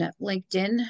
LinkedIn